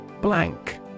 Blank